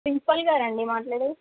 principal గారాండి మాట్లాడేది